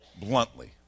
bluntly